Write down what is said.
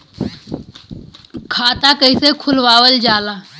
खाता कइसे खुलावल जाला?